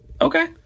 Okay